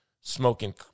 smoking